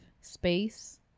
space